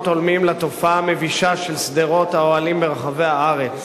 הולמים לתופעה המבישה של שדרות האוהלים ברחבי הארץ.